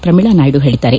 ಪ್ರಮೀಳಾ ನಾಯ್ದು ಹೇಳಿದ್ದಾರೆ